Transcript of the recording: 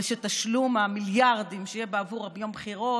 ושתשלום המיליארדים בעבור יום הבחירות